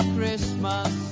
Christmas